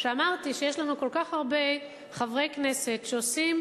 שאמרתי שיש לנו כל כך הרבה חברי כנסת שעושים